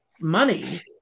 money